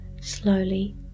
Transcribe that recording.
slowly